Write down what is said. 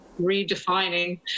redefining